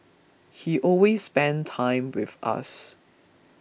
he always spent time with us